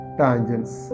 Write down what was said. tangents